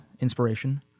inspiration